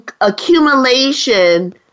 accumulation